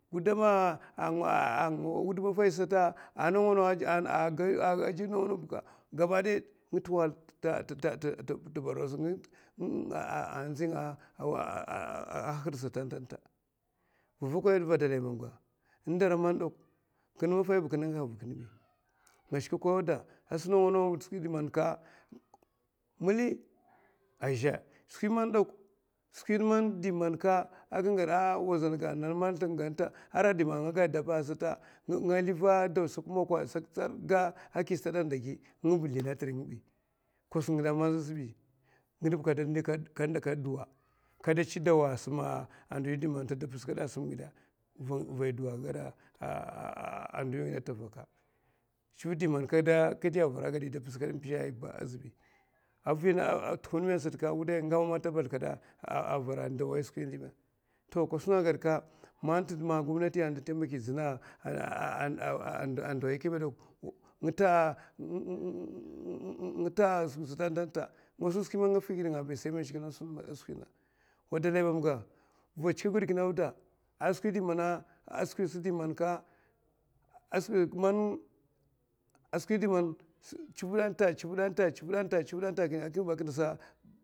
Gudam a nga wuda maffa a nawa nawa ba ka gudam nga tɗ wahala, tɗ borno sata a ndzi nga a hakida sata wadalay mammga n'dara man kinè nguha a giè kinè ɓi, ngau nawa nawa bèka, nga shuka koya auda, mali azhè skwi dɗman aka gada nga liv dau sata agi sak tsariè moko nga ba mizlinè atè riy nga ɓi, kosuk ngièè man azhè kaɓi ngidè ba, kada cho duwa asum ndo ngièè, ndohi n'tè nduvta ba staè asum ngièè vay duwa aka gaèata ata vaka, yè dè avara ayda pizka m'pizhè sata azɓi avina sat wuday nga ngamè ata balth kaèa sa mè? Ko suna agsa ka mana gomnati ada taikèjina a ndohi kaɓi nga ta wa dlay mamga va cho giè kinè auda a skwi di man chiviè anta chiviè anta